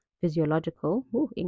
physiological